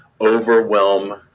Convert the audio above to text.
overwhelm